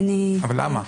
למה?